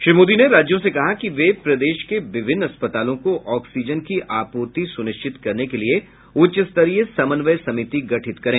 श्री मोदी ने राज्यों से कहा कि वे प्रदेश के विभिन्न अस्पतालों को ऑक्सीजन की आपूर्ति सुनिश्चित करने के लिए उच्च स्तरीय समन्वय समिति गठित करें